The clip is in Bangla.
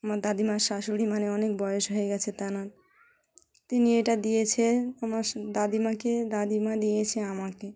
আমার দাদিমার শাশুড়ি মানে অনেক বয়স হয়ে গিয়েছে তাঁর তিনি এটা দিয়েছে আমার স দাদিমাকে দাদিমা দিয়েছে আমাকে